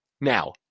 Now